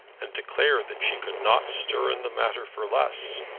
and declare that she could not stir in the matter for less?